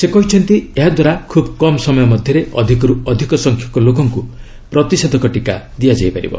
ସେ କହିଛନ୍ତି ଏହାଦ୍ୱାରା ଖୁବ୍ କମ୍ ସମୟ ମଧ୍ୟରେ ଅଧିକରୁ ଅଧିକ ସଂଖ୍ୟକ ଲୋକଙ୍କୁ ପ୍ରତିଷେଧକ ଟିକା ଦିଆଯାଇ ପାରିବ